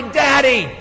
daddy